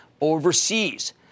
overseas